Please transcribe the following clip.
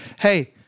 Hey